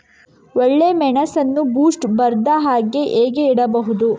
ಒಳ್ಳೆಮೆಣಸನ್ನು ಬೂಸ್ಟ್ ಬರ್ದಹಾಗೆ ಹೇಗೆ ಇಡಬಹುದು?